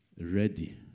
ready